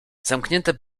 zamknięte